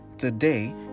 Today